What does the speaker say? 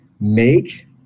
make